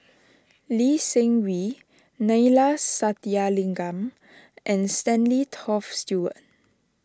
Lee Seng Wee Neila Sathyalingam and Stanley Toft Stewart